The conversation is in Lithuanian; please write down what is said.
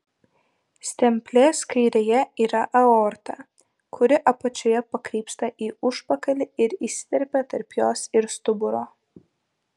stemplės kairėje yra aorta kuri apačioje pakrypsta į užpakalį ir įsiterpia tarp jos ir stuburo